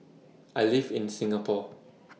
I live in Singapore